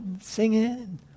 singing